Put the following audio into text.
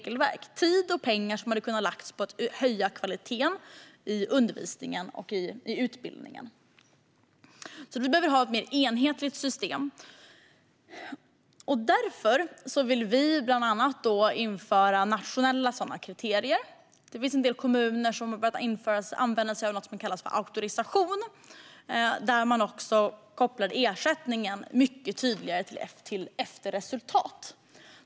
Detta är tid och pengar som hade kunnat läggas på att höja kvaliteten i undervisningen och utbildningen. Vi behöver ha ett mer enhetligt system. Därför vill vi bland annat införa nationella kriterier. Det finns en del kommuner som har börjat använda sig av något som kallas för auktorisation, där ersättningen kopplas mycket tydligare till resultat.